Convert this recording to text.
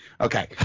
Okay